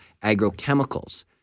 agrochemicals